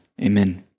amen